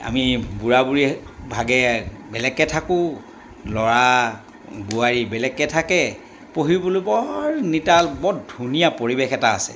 আমি বুঢ়া বুঢ়ী ভাগে বেলেগকৈ থাকোঁ ল'ৰা বোৱাৰী বেলেগকৈ থাকে পঢ়িবলৈ বৰ নিতাল বৰ ধুনীয়া পৰিৱেশ এটা আছে